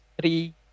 three